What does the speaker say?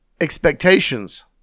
expectations